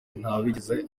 ntawigeze